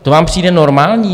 To vám přijde normální?